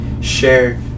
share